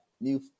new